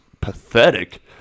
pathetic